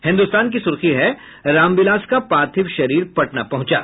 हिन्दुस्तान की सुर्खी है रामविलास का पार्थिव शरीर पटना पहुंचा